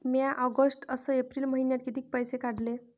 म्या ऑगस्ट अस एप्रिल मइन्यात कितीक पैसे काढले?